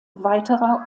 weiterer